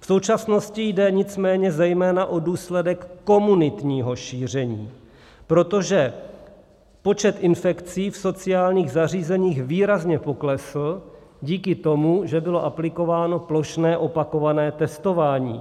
V současnosti jde nicméně zejména o důsledek komunitního šíření, protože počet infekcí v sociálních zařízeních výrazně poklesl díky tomu, že bylo aplikováno plošné opakované testování.